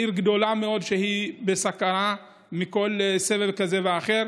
זאת עיר גדולה מאוד שהיא בסכנה בכל סבב כזה ואחר.